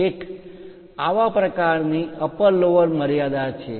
1 આવા પ્રકારની upper lower મર્યાદા છે